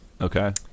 Okay